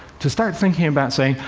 to start thinking about saying,